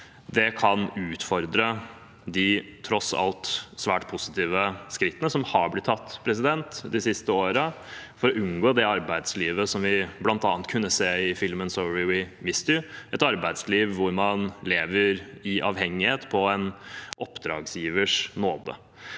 kan utfordre de tross alt svært positive skrittene som har blitt tatt det siste året for å unngå det arbeidslivet som vi bl.a. kunne se i filmen «Sorry we missed you», et arbeidsliv hvor man lever i avhengighet, på en oppdragsgivers nåde.